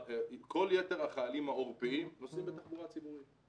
כל יתר החיילים העורפיים נוסעים בתחבורה ציבורית.